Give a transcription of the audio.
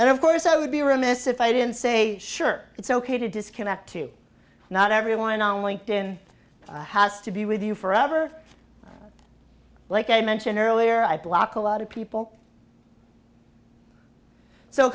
and of course i would be remiss if i didn't say sure it's ok to disconnect to not everyone on linked in has to be with you forever like i mentioned earlier i block a lot of people so